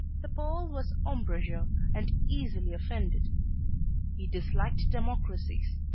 the pole was ombrageux and easily offended he disliked democracies,